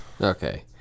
Okay